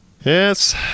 Yes